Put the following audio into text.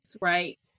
right